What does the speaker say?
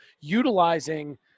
utilizing